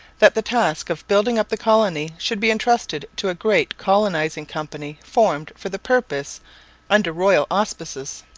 that the task of building up the colony should be entrusted to a great colonizing company formed for the purpose under royal auspices.